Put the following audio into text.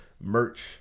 merch